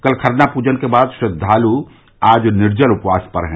कल खरना पूजा के बाद श्रद्वालु आज निर्जल उपवास पर हैं